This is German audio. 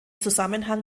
zusammenhang